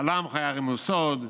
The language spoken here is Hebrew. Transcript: על עמך יערימו סוד,